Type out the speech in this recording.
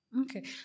Okay